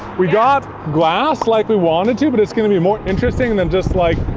we got glass, like we wanted to but, it's gonna me more interesting than just like,